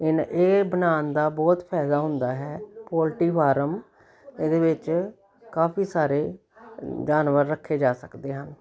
ਇਹ ਇਹ ਬਣਾਉਣ ਦਾ ਬਹੁਤ ਫਾਇਦਾ ਹੁੰਦਾ ਹੈ ਪੋਲਟਰੀ ਫਾਰਮ ਇਹਦੇ ਵਿੱਚ ਕਾਫੀ ਸਾਰੇ ਜਾਨਵਰ ਰੱਖੇ ਜਾ ਸਕਦੇ ਆ